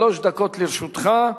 שלוש דקות לרשותך.